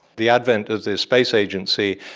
the advent of the space agency,